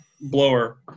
blower